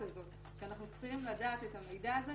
הזאת שאנחנו צריכים לדעת את המידע הזה,